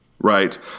right